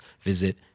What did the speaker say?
visit